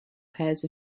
pairs